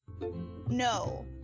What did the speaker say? No